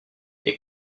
est